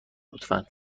لطفا